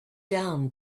down